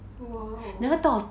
!wow!